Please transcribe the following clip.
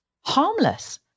harmless